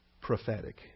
prophetic